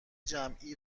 جمعی